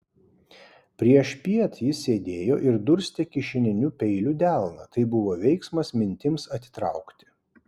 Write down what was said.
priešpiet jis sėdėjo ir durstė kišeniniu peiliu delną tai buvo veiksmas mintims atitraukti